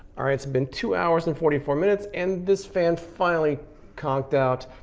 alright it's been two hours and forty four minutes and this fan finally conked out.